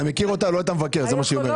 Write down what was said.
אתה מכיר אותה, לא את המבקר, זה מה שהיא אומרת.